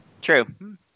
True